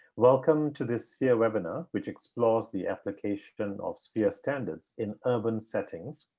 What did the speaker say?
welcome to the sphere webinar, which explores the application of sphere standards in urban settings.